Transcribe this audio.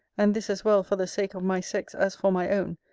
and this as well for the sake of my sex, as for my own,